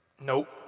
Nope